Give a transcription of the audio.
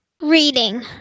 Reading